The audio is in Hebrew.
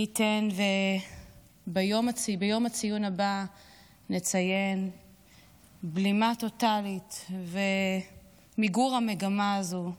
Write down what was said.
מי ייתן ובציון היום הבא נציין בלימה טוטלית ומיגור של המגמה הזו,